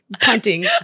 Punting